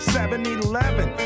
7-Eleven